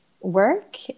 work